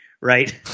right